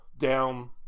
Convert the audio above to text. down